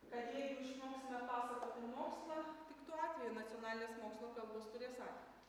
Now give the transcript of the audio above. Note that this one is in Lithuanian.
kad jeigu išmoksime pasakoti mokslą tik tuo atveju nacionalinės mokslo kalbos turės ateitį